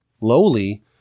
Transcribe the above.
lowly